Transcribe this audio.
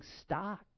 stock